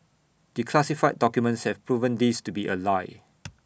declassified documents have proven this to be A lie